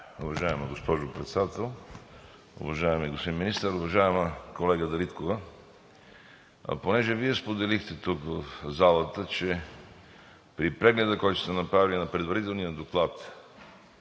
Уважаема госпожо Председател, уважаеми господин Министър! Уважаема колега Дариткова, понеже Вие споделихте в залата, че при прегледа, който сте направили на предварителния доклад